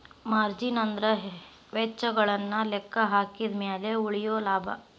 margin ಅಂದ್ರ ವೆಚ್ಚಗಳನ್ನ ಲೆಕ್ಕಹಾಕಿದ ಮ್ಯಾಲೆ ಉಳಿಯೊ ಲಾಭ